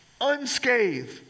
unscathed